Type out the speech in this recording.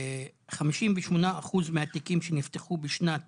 58% מהתיקים שנפתחו בשנת